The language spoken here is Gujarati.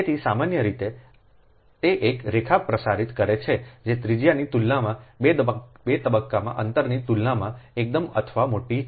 તેથી સામાન્ય રીતે તે એક રેખા પ્રસારિત કરે છે જે ત્રિજ્યાની તુલનામાં 2 તબક્કાના અંતરની તુલનામાં એકદમ અથવા મોટી હોય છે